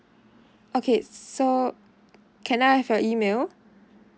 okay so can I have your email